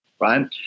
right